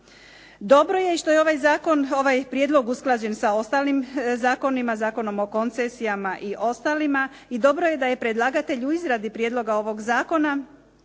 Dobro je što je ovaj prijedlog usklađen sa ostalim zakonima, Zakonom o koncesijama i ostalima i dobro je da je predlagatelj u izradi prijedloga ovog zakona